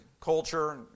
culture